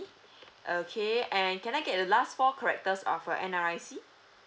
okay and can I get the last four characters of your N_R_I_C